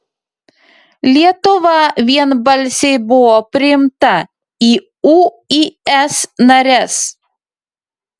lietuva vienbalsiai buvo priimta į uis nares